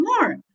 more